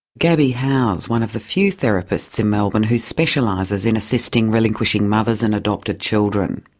gabby howse, one of the few therapists in melbourne who specialises in assisting relinquishing mothers and adopted children.